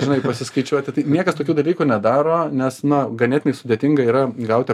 žinai pasiskaičiuoti tai niekas tokių dalykų nedaro nes na ganėtinai sudėtinga yra gauti